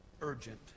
urgent